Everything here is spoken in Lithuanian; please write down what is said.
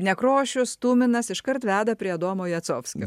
nekrošius tuminas iškart veda prie adomo jacovskio